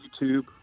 YouTube